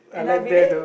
and I believe